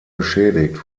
beschädigt